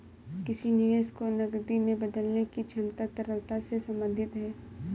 किसी निवेश को नकदी में बदलने की क्षमता तरलता से संबंधित है